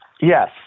yes